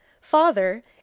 Father